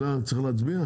על זה צריך להצביע?